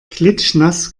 klitschnass